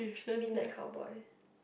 midnight cowboy